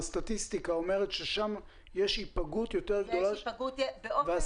סטטיסטיקה אומרת ששם יש היפגעות יותר גדולה והסכנה